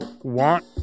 want